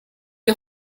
est